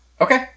Okay